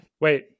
wait